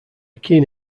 keen